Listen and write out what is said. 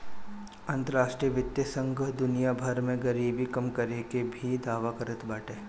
अंतरराष्ट्रीय वित्तीय संघ दुनिया भर में गरीबी कम करे के भी दावा करत बाटे